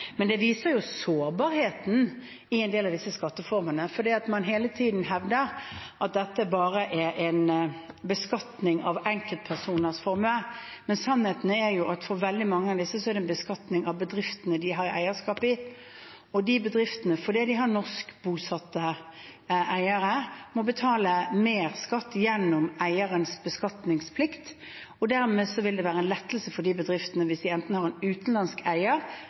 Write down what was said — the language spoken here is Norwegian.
men det viser sårbarheten i en del av disse skatteformene. Man hevder hele tiden at dette bare er en beskatning av enkeltpersoners formue, men sannheten er at for veldig mange av disse er det en beskatning av bedriftene de har eierskap i, og de bedriftene må, fordi de har norskbosatte eiere, betale mer skatt gjennom eierens beskatningsplikt. Dermed vil det være en lettelse for de bedriftene hvis de enten har en utenlandsk eier